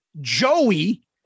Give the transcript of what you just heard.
Joey